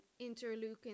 interleukin